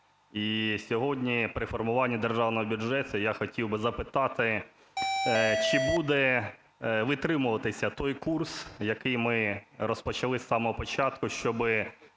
І сьогодні при формуванні Державного бюджету, я хотів би запитати, чи буде витримуватися той курс, який ми розпочали з самого початку, щоб